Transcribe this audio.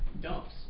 dumps